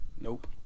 Nope